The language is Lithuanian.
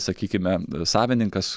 sakykime savininkas